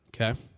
Okay